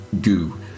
goo